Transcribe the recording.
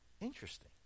Interesting